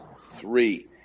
three